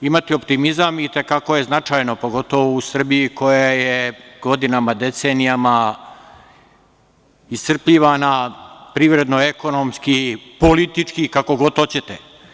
Imati optimizam i te kako je značajno u Srbiji koja je godinama, decenijama iscrpljivana privredno ekonomski, političkih, kako god hoćete.